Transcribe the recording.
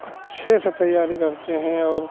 अच्छे से तैयारी करते हैं और